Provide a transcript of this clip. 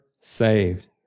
saved